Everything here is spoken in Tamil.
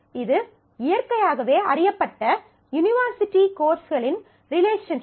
இது இயற்கையாகவே அறியப்பட்ட யுனிவர்சிட்டி கோர்ஸ்களின் ரிலேஷன்ஷிப்